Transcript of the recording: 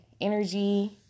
energy